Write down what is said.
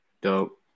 Dope